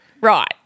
right